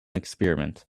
experiment